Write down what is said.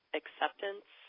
acceptance